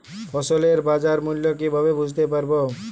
ফসলের বাজার মূল্য কিভাবে বুঝতে পারব?